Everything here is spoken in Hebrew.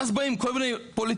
ואז באים כל מיני פוליטיקאים,